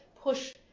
push